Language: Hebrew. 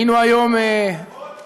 היינו היום שנינו,